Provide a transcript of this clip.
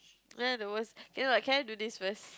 then I towards can not can I do this first